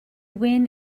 win